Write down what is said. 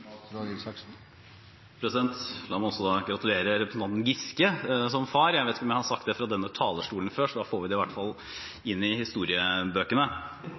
La meg gratulere representanten Giske som far. Jeg vet ikke om jeg har sagt det fra denne talerstolen før, så da får vi det i hvert fall inn i historiebøkene.